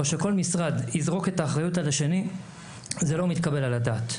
או שכל משרד יזרוק את האחריות על השני זה לא מתקבל על הדעת.